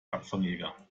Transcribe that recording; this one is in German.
abfangjäger